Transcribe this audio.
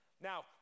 Now